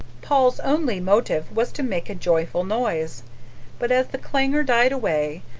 paul's only motive was to make a joyful noise but as the clangor died away,